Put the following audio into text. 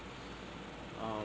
um